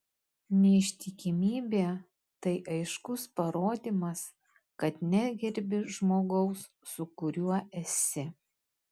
neištikimybė tai aiškus parodymas kad negerbi žmogaus su kuriuo esi